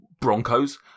broncos